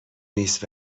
نیست